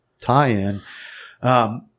tie-in